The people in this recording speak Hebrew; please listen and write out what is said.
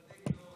בבקשה.